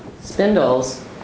spindles